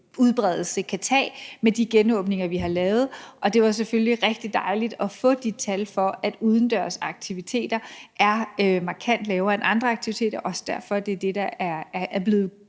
smitteudbredelse kan have med de genåbninger, vi har lavet. Og det var selvfølgelig rigtig dejligt at få de tal for, at udendørs aktiviteter har markant lavere smittetal end andre aktiviteter, og det er også derfor, at det er det, der er blevet